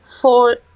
four